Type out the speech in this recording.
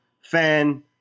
fan